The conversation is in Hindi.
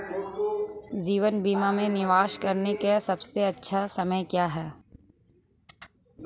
जीवन बीमा में निवेश करने का सबसे अच्छा समय क्या है?